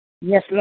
Yes